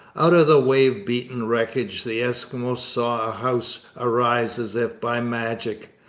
out of the wave-beaten wreckage the eskimos saw a house arise as if by magic.